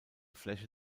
fläche